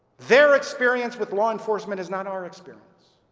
their experience with law enforcement is not our experience.